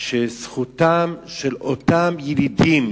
שזכותם של אותם ילידים,